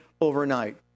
overnight